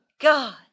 God